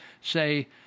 say